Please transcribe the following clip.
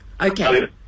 Okay